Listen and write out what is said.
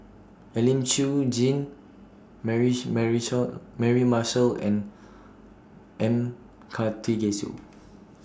Elim Chew Jean Mary Marshall and M Karthigesu